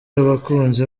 abakunzi